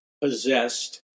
possessed